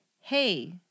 hey